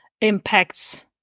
impacts